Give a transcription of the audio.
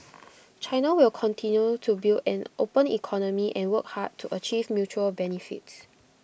China will continue to build an open economy and work hard to achieve mutual benefits